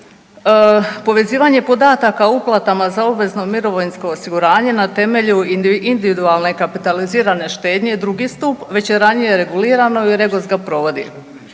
Povezivanje podataka o uplatama za obvezno mirovinsko osiguranje na temelju individualne kapitalizirane štednje, drugi stup već je ranije regulirano i REGOS ga provodi.